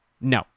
no